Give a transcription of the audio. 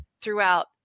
throughout